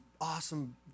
awesome